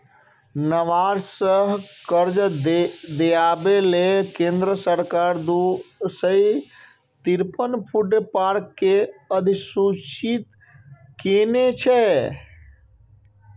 नाबार्ड सं कर्ज दियाबै लेल केंद्र सरकार दू सय तिरेपन फूड पार्क कें अधुसूचित केने छै